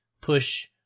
push